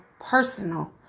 personal